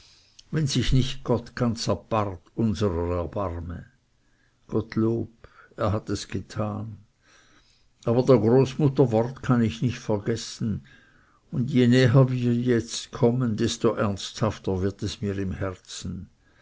wenn sich nicht gott ganz apart unserer erbarme gottlob er hat es getan aber der großmutter wort kann ich nicht vergessen und je näher wir jetzt kommen desto ernsthafter wird es mir im herzen